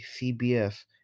CBS